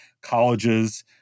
Colleges